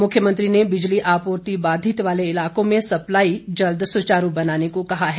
मुख्यमंत्री ने बिजली आपूर्ति बाधित वाले इलाकों में सप्लाई जल्द सुचारू बनाने को कहा है